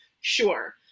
Sure